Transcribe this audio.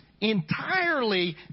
entirely